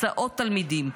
הסעות תלמידים,